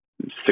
six